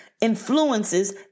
influences